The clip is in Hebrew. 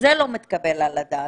וזה לא מתקבל על הדעת.